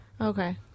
Okay